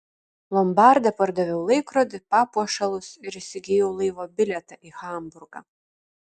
lombarde pardaviau laikrodį papuošalus ir įsigijau laivo bilietą į hamburgą